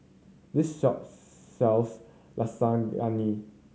this shop sells Lasagna